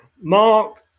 Mark